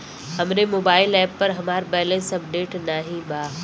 हमरे mobile app पर हमार बैलैंस अपडेट नाई बा